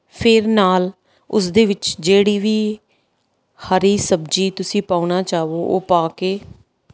ਫਿਰ ਨਾਲ ਉਸਦੇ ਵਿੱਚ ਜਿਹੜੀ ਵੀ ਹਰੀ ਸਬਜ਼ੀ ਤੁਸੀਂ ਪਾਉਣਾ ਚਾਹੋ ਉਹ ਪਾ ਕੇ